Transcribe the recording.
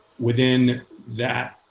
within that,